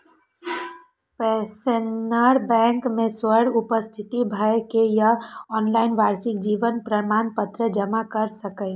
pensioner bank मे स्वयं उपस्थित भए के या ऑनलाइन वार्षिक जीवन प्रमाण पत्र जमा कैर सकैए